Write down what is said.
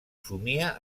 somia